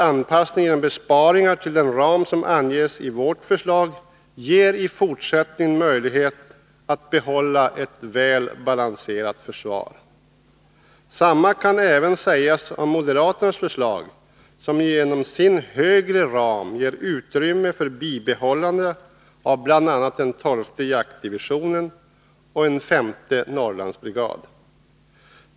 angesi vårt förslag ger i fortsättningen möjlighet att behålla ett väl balanserat försvar. Detsamma kan även sägas om moderaternas förslag, som genom sin högre ram ger utrymme för bibehållande av bl.a. den tolfte jaktdivisionen och en femte Norrlandsbrigad.